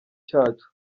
cyacu